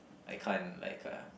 I can't like uh